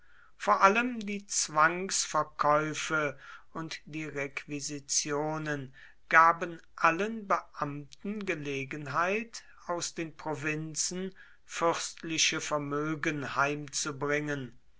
vor allem die zwangsverkäufe und die requisitionen gaben allen beamten gelegenheit aus den provinzen fürstliche vermögen heimzubringen